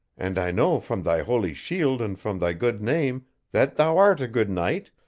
and i know from thy holy shield and from they good name that thou art a good knight,